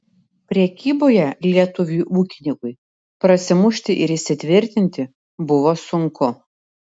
prekyboje lietuviui ūkininkui prasimušti ir įsitvirtinti buvo sunku